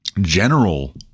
general